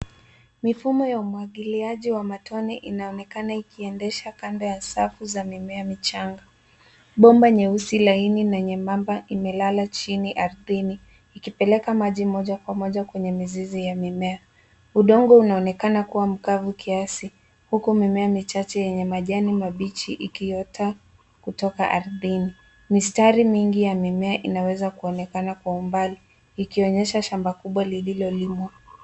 Mifumo ya umwagiliaji wa matone inaonekana ikiendesha kando ya safu za mimea michanga. Bomba nyeusi laini na nyembamba imelala chini ardhini ikipeleka maji moja kwa moja kwenye mizizi ya mimea. Udongo unaonekana kuwa mkavu kiasi huku mimea michache yenye majani mabichi ikiota kutoka ardhini. Mistari mingi ya mimea inaweza kuonekana kwa umbali ikionyesha shamba kubwa lililolimwa.